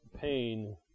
pain